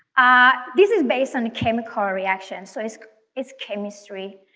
ah this is based on a chemical reaction, so it's it's chemistry,